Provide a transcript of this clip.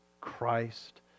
Christ